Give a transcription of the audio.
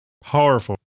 Powerful